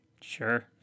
Sure